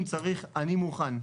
אם צריך אני מוכן,